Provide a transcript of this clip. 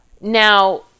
Now